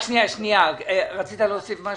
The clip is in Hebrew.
רק שנייה, רצית להוסיף משהו?